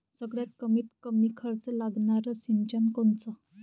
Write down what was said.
सगळ्यात कमीत कमी खर्च लागनारं सिंचन कोनचं?